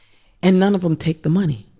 and none of them take the money